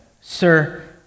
Sir